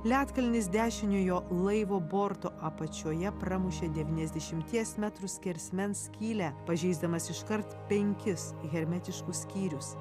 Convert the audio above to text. ledkalnis dešiniojo laivo borto apačioje pramušė devyniasdešimties metrų skersmens skylę pažeisdamas iškart penkis hermetiškus skyrius